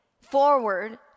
forward